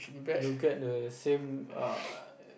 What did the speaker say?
you'll get the same err